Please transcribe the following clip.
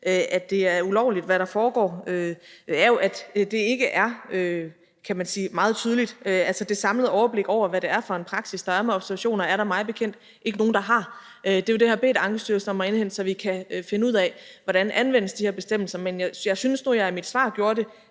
at det er ulovligt, hvad der foregår, er jo, at det ikke er meget tydeligt. Altså, det samlede overblik over, hvad det er for en praksis, der er med observationer, er der mig bekendt ikke nogen der har. Det er jo det, jeg har bedt Ankestyrelsen om at indhente, så vi kan finde ud af, hvordan de her bestemmelser anvendes. Men jeg synes nu, at jeg i mit svar gjorde det